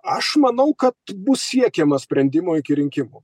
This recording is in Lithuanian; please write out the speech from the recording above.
aš manau kad bus siekiama sprendimo iki rinkimų